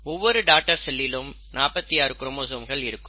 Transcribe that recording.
ஒவ்வொரு டாடர் செல்களிலும் 46 குரோமோசோம்கள் இருக்கும்